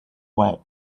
wet